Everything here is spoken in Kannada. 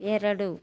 ಎರಡು